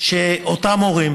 שאותם הורים